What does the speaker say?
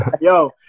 Yo